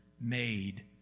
made